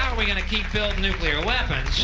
um we gonna keep building nuclear weapons,